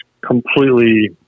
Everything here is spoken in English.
completely